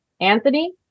Anthony